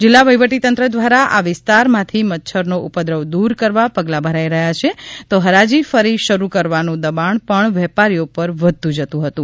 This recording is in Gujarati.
જિલ્લા વહીવટી તંત્ર દ્વારા આ વિસ્તારમાંથી મચ્છરનો ઉપદ્રવ દ્વર કરવા પગલાં ભરાઈ રહ્યા છે તો હરાજી ફરી શરૂ કરવાનું દબાણ પણ વેપારીઓ ઉપર વધતું જતું હતું